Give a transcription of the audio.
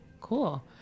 Cool